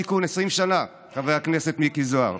וכל מה שנדרש הוא שניים-שלושה אנשים בצד הזה של המליאה שהיו מסכימים,